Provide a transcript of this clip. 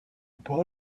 upon